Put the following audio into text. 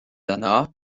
yno